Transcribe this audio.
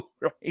right